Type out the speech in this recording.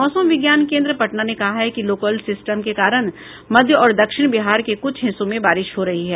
मौसम विज्ञान केन्द्र पटना ने कहा है कि लोकल सिस्टम के कारण मध्य और दक्षिण बिहार के कुछ हिस्सों में बारिश हो रही है